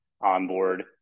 onboard